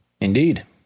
Indeed